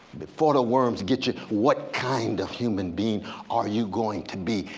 before the worms get you, what kind of human being are you going to be?